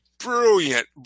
brilliant